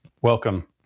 welcome